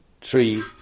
three